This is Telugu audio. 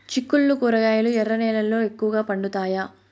చిక్కుళ్లు కూరగాయలు ఎర్ర నేలల్లో ఎక్కువగా పండుతాయా